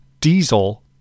diesel